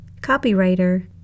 copywriter